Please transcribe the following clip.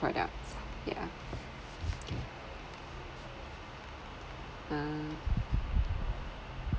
products uh